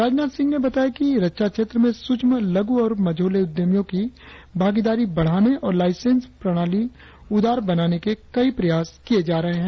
राजनाथ सिंह ने बताया कि रक्षा क्षेत्र में सूक्ष्म लघु और मझौले उद्यमियों की भागीदारी बढ़ाने और लाइसेंस प्रणाल उदार बनाने के कई उपाय किए जा रहे है